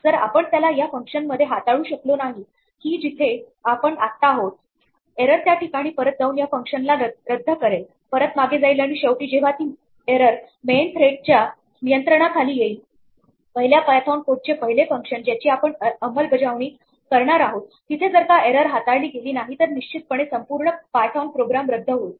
जर आपण त्याला या फंक्शनमध्ये हाताळू शकलो नाही ही जिथे आपण आत्ता आहोत एरर त्या ठिकाणी परत जाऊन या फंक्शनला रद्द करेल परत मागे जाईल आणि शेवटी जेव्हा ती एरर मेन थ्रेडच्या नियंत्रणाखाली येईल पहिल्या पायथोन कोडचे पहिले फंक्शन ज्याची आपण अंमलबजावणी करणार आहोत तिथे जर का एरर हाताळली गेली नाही तर निश्चितपणे संपूर्ण पायथोन प्रोग्रम रद्द होईल